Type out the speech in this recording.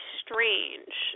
strange